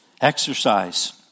exercise